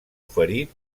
ferit